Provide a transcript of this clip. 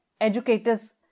educators